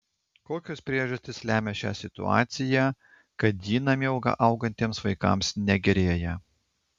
kokios priežastys lemia šią situaciją kad ji namie augantiems vaikams negerėja